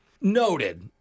Noted